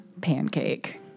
Pancake